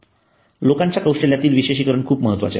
लोकांच्या कौशल्यातील विशेषीकरण खूप महत्वाचे आहे